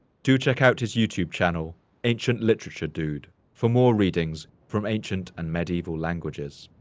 do check out his youtube channel ancient literature dude for more readings from ancient and medieval languages.